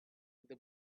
the